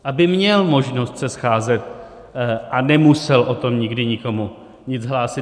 Aby měl možnost se scházet a nemusel o tom nikdy nikomu nic hlásit.